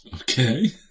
Okay